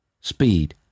Speed